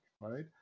right